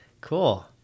Cool